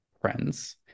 friends